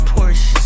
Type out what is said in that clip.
Porsche